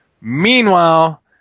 Meanwhile